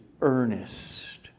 earnest